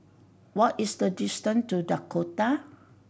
what is the distance to Dakota